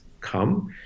come